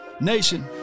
Nation